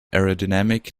aerodynamic